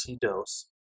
dose